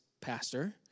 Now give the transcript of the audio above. pastor